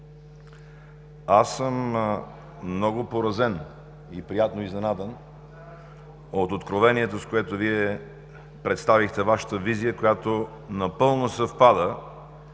Аз съм много поразен и приятно изненадан от откровението, с което Вие представихте Вашата визия, която напълно съвпада